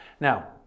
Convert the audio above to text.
Now